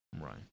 right